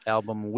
album